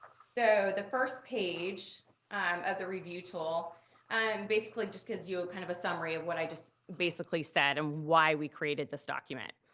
so the first page of the review tool um basically just gives you ah kind of a summary of what i just basically said, and why we created this document.